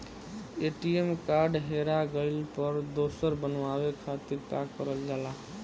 ATM card हेरा गइल पर दोसर बनवावे खातिर का करल जाला?